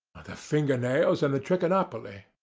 the finger nails and the trichinopoly,